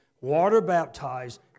water-baptized